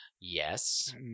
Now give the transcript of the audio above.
Yes